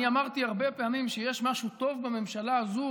אני אמרתי הרבה פעמים שיש גם משהו טוב בממשלה הזו,